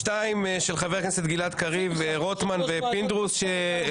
לחבר הכנסת אילוז לא